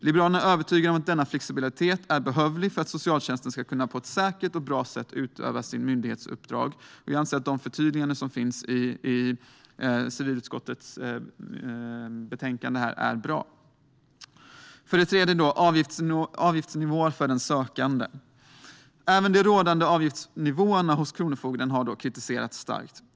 Liberalerna är övertygade om att denna flexibilitet är behövlig för att socialtjänsten på ett säkert och bra sätt ska kunna utföra sitt myndighetsuppdrag. Vi anser att de förtydliganden som finns i civilutskottets betänkande är bra. För det tredje ska jag ta upp avgiftsnivån för den sökande. Även de rådande avgiftsnivåerna hos kronofogden har kritiserats starkt.